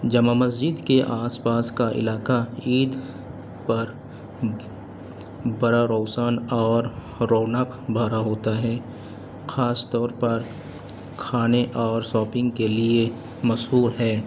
جامع مسجد کے آس پاس کا علاقہ عید پر بڑا روشن اور رونق بھرا ہوتا ہے خاص طور پر کھانے اور شاپنگ کے لیے مشہور ہے